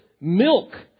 milk